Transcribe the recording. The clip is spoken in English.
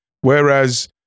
whereas